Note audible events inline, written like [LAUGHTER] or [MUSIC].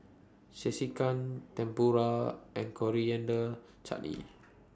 Sekihan Tempura and Coriander Chutney [NOISE]